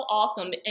awesome